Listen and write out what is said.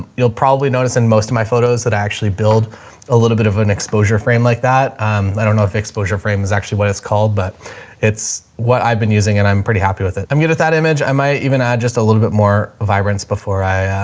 you'll probably notice in most of my photos that i actually build a little bit of an exposure frame like that. um, i don't know if exposure frame is actually what it's called, but it's what i've been using and i'm pretty happy with it. i'm good with that image. i might even add just a little bit more vibrance before i, ah,